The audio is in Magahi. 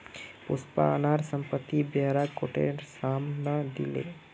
पुष्पा अपनार संपत्ति ब्योरा कोटेर साम न दिले